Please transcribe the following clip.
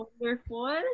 wonderful